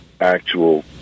actual